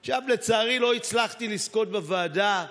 שם, בוועדה,